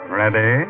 ready